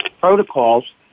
protocols